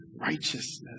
righteousness